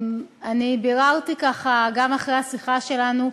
ביררתי גם אחרי השיחה שלנו,